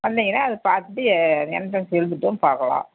வந்திங்கன்னா அதை பார்த்துட்டு எண்ட்ரன்ஸ் எழுதுட்டும் பார்க்கலாம்